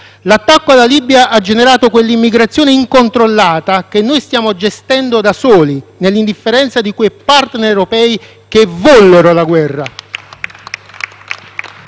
L'attacco alla Libia ha generato quella immigrazione incontrollata, che noi stiamo gestendo da soli, nell'indifferenza di quei *partner* europei che vollero la guerra.